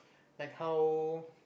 like how